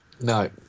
No